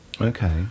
okay